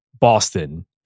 Boston